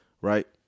Right